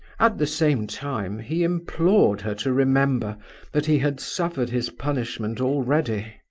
at the same time he implored her to remember that he had suffered his punishment already.